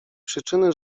przyczyny